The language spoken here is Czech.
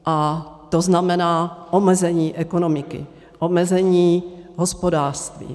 A to znamená omezení ekonomiky, omezení hospodářství.